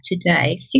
today